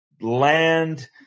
land